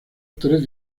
tres